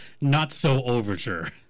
not-so-overture